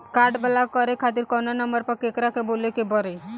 Card block करे खातिर कवना नंबर पर केकरा के बोले के परी?